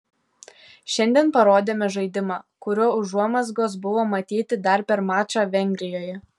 šiandien parodėme žaidimą kurio užuomazgos buvo matyti dar per mačą vengrijoje